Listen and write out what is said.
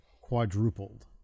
quadrupled